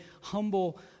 humble